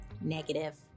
negative